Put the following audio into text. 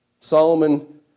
Solomon